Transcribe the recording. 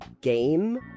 game